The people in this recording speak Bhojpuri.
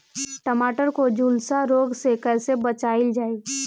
टमाटर को जुलसा रोग से कैसे बचाइल जाइ?